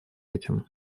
этим